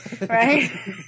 right